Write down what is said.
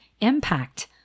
impact